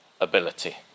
ability